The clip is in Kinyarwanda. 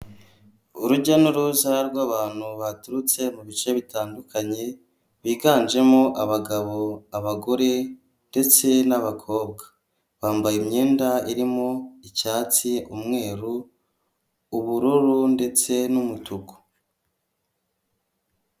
Urujya n'uruza rw'abantu baturutse mu bice bitandukanye biganjemo abagabo ,abagore ndetse n'abakobwa. Bambaye imyenda irimo icyatsi ,umweru ubururu ndetse n'umutuku.